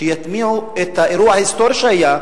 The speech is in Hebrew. שיטמיעו את האירוע ההיסטורי שהיה,